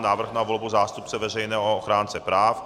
Návrh na volbu zástupce Veřejného ochránce práv